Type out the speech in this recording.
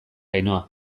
ainhoa